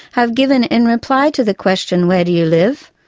have given in reply to the question where do you live,